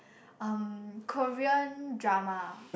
um Korean drama